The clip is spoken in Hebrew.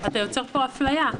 אתה יוצר פה אפליה.